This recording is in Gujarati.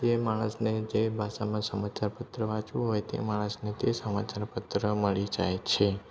જે માણસને જે ભાષામાં સમાચાર પત્ર વાંચવું હોય તે માણસને સમાચાર પત્ર મળી જાય છે